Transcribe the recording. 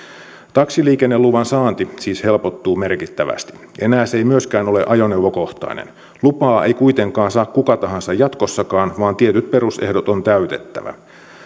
taksiliikenneluvan saanti siis helpottuu merkittävästi enää se ei myöskään ole ajoneuvokohtainen lupaa ei kuitenkaan saa kuka tahansa jatkossakaan vaan tietyt perusehdot on täytettävä